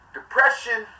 Depression